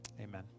Amen